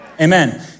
Amen